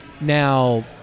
Now